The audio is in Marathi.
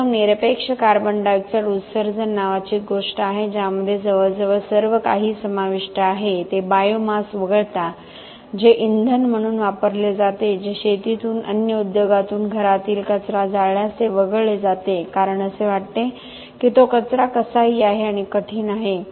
प्रथम निरपेक्ष कार्बन डाय ऑक्साईड उत्सर्जन नावाची एक गोष्ट आहे ज्यामध्ये जवळजवळ सर्व काही समाविष्ट आहे ते बायोमास वगळता जे इंधन म्हणून वापरले जाते जे शेतीतून अन्न उद्योगातून घरातील कचरा जाळल्यास ते वगळले जाते कारण असे वाटते की तो कचरा कसाही आहे आणि कठीण आहे